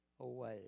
away